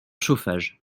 chauffage